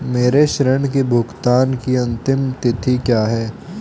मेरे ऋण के भुगतान की अंतिम तिथि क्या है?